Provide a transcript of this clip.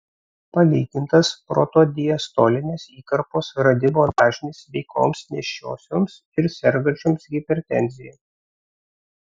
palygintas protodiastolinės įkarpos radimo dažnis sveikoms nėščiosioms ir sergančioms hipertenzija